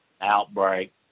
outbreak